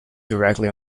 directly